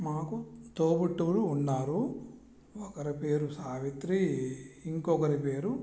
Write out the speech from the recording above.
మాకు తోబుట్టువులు ఉన్నారు ఒకరి పేరు సావిత్రి ఇంకొకరి పేరు